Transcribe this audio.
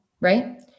Right